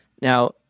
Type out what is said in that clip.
Now